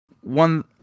one